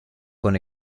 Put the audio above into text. con